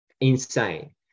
insane